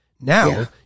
Now